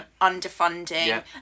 underfunding